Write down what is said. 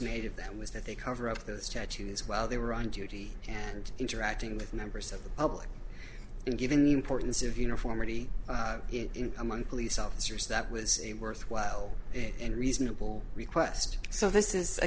made of that was that they cover up the statues while they were on duty and interacting with members of the public and given the importance of uniformity in among police officers that was a worthwhile and reasonable request so this is